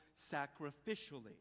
sacrificially